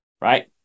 right